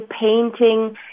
painting